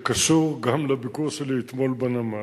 זה קשור גם לביקור שלי אתמול בנמל.